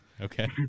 Okay